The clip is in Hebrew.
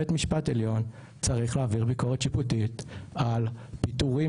בית משפט עליון צריך להעביר ביקורת שיפוטית על פיטורים